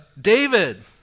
david